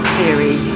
theory